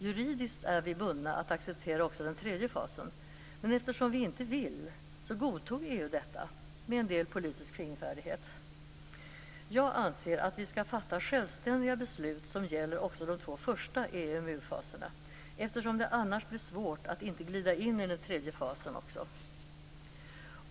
Juridiskt är vi bundna att acceptera också den tredje fasen, men eftersom vi inte vill, godtog EU detta med en del politisk fingerfärdighet. Jag anser att vi skall fatta självständiga beslut som gäller också de två första EMU-faserna, eftersom det annars blir svårt att inte också glida in i den tredje fasen.